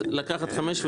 לקחת 5 שלקים,